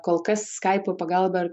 kol kas skaipo pagalba ar